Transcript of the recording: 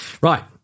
Right